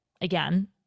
again